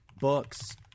books